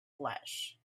flesh